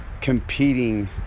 Competing